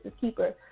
keeper